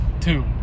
two